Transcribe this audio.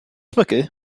ysmygu